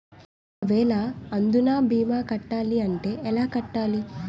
ఒక వేల అందునా భీమా కట్టాలి అంటే ఎలా కట్టాలి?